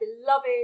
beloved